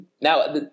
Now